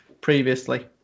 previously